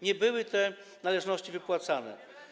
Nie były te należności wypłacane.